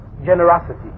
Generosity